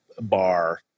bar